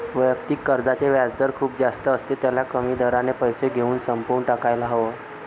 वैयक्तिक कर्जाचे व्याजदर खूप जास्त असते, त्याला कमी दराने पैसे घेऊन संपवून टाकायला हव